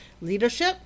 leadership